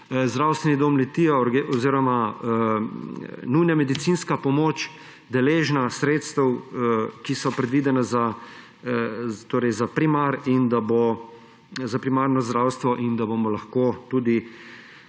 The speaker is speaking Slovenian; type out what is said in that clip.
Zdravstveni dom Litija oziroma nujna medicinska pomoč deležna sredstev, ki so predvidena za primarno zdravstvo, in da bomo lahko tudi